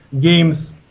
games